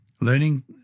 Learning